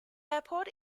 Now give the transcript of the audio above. airport